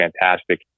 fantastic